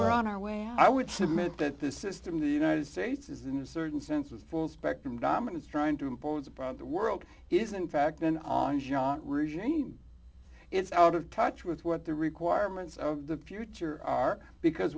were on our way i would submit that this system in the united states is in a certain sense of full spectrum dominance trying to impose upon the world is in fact an on shot regime it's out of touch with what the requirements of the future are because